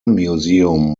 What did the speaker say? museum